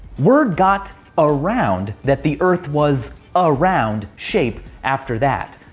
word got around that the earth was a round shape after that.